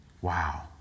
Wow